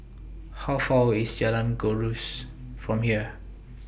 How Far away IS Jalan Gajus from here